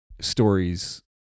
stories